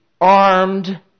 armed